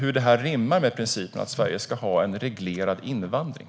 Hur rimmar det med principen att Sverige ska ha en reglerad invandring?